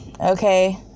okay